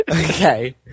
Okay